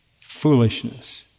foolishness